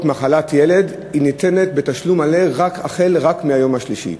מחלת ילד ניתן בתשלום מלא רק מהיום השלישי.